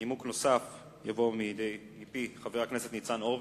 נימוק נוסף יבוא מפי חבר הכנסת ניצן הורוביץ,